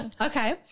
Okay